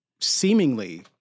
seemingly